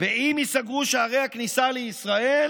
אם ייסגרו שערי הכניסה לישראל,